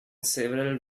several